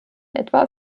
etwa